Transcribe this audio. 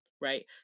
right